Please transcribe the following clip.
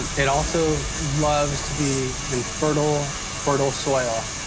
and it also loves to be in fertile, fertile soil.